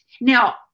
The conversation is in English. Now